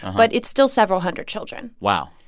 but it's still several hundred children wow.